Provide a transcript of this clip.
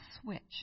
switch